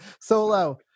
Solo